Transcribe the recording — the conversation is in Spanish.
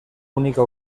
única